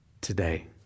today